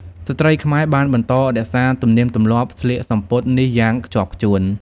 ស្ត្រីខ្មែរបានបន្តរក្សាទំនៀមទម្លាប់ស្លៀកសំពត់នេះយ៉ាងខ្ជាប់ខ្ជួន។